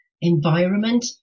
environment